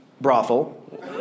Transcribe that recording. brothel